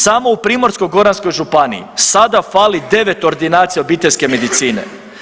Samo u Primorsko-goranskoj županiji sada fali 9 ordinacija obiteljske medicine.